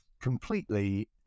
completely